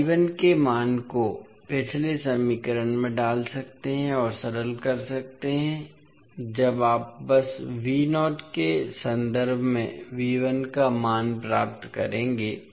आप के मान को पिछले समीकरण में डाल सकते हैं और सरल कर सकते हैं जब आप बस के संदर्भ में का मान प्राप्त करेंगे